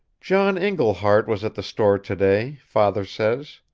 john iglehart was at the store to-day, father says.